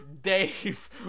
Dave